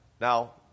Now